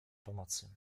pomocy